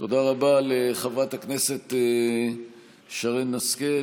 תודה רבה לחברת הכנסת שרן השכל.